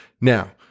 Now